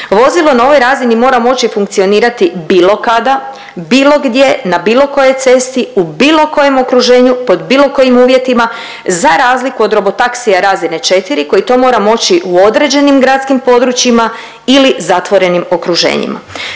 Vozilo na ovoj razini mora moći funkcionirati bilo kada, bilo gdje, na bilo kojoj cesti, u bilo kojem okruženju, pod bilo kojim uvjetima za razliku od robotaksija razine 4 koji to mora moći u određenim gradskim područjima ili zatvorenim okruženjima.